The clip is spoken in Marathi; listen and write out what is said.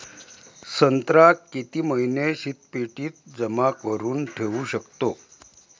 संत्रा किती महिने शीतपेटीत जमा करुन ठेऊ शकतो?